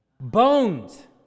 Bones